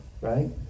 right